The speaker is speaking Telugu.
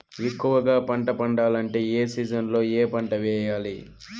ఎక్కువగా పంట పండాలంటే ఏ సీజన్లలో ఏ పంట వేయాలి